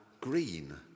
green